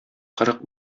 кырык